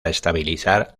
estabilizar